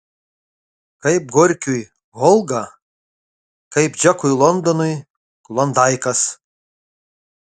kaip gorkiui volga kaip džekui londonui klondaikas